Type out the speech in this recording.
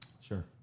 Sure